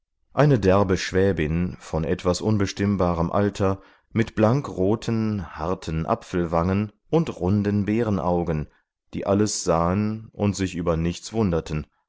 eine derbe schwäbin von etwas unbestimmbarem alter mit blankroten harten apfelwangen und runden beerenaugen die alles sahen und sich über nichts wunderten